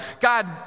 God